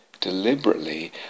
deliberately